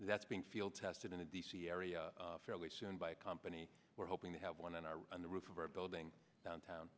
that's being field tested in the d c area fairly soon by a company we're hoping to have one on our on the roof of our building downtown